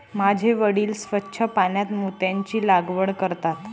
माझे वडील स्वच्छ पाण्यात मोत्यांची लागवड करतात